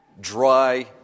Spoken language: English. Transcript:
dry